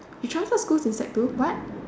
you transfer school to sec two what